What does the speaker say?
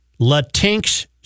Latinx